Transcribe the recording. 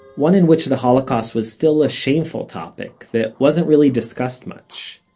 one in which the holocaust was still a shameful topic, that wasn't really discussed much.